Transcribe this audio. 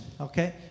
okay